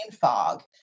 fog